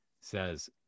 says